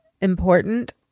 important